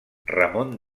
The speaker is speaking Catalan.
ramon